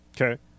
Okay